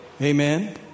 Amen